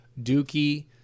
Dookie